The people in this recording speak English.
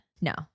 No